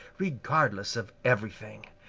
regardless of everything.